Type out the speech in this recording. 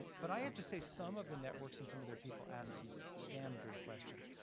but i have to say, some of the networks and some of their people ask some damn good questions.